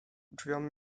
drzwiom